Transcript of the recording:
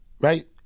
right